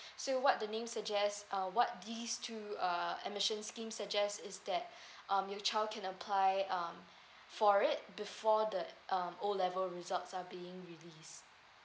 so what the main suggest uh what this through a admission scheme suggest is that um your child can apply um for it before the um O level results are being released